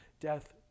death